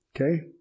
okay